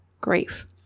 grief